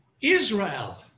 Israel